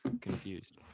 confused